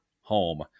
home